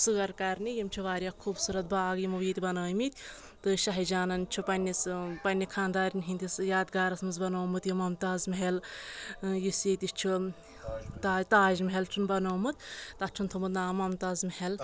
سٲر کرنہِ یِم چھِ واریاہ خوٗبصوٗرت باغ یِمو ییٚتہِ بنٲمٕتۍ تہٕ شاہ جہانن چھُ پننِس پننہِ خانٛدارن ہنٛدِس یادگارس منٛز بنومُت یِہِ ممتاز محل یُس ییٚتہِ چھُ تاج تاج محل چھُن بنومُت تتھ چھُنہٕ تھوٚمُت نام ممتاز محل